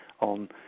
on